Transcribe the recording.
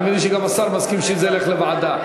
אני מבין שגם השר מסכים שזה ילך לוועדה.